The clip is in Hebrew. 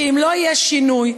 שאם לא יהיה שינוי,